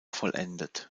vollendet